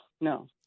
no